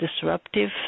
disruptive